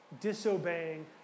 Disobeying